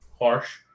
harsh